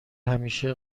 همیشه